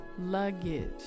luggage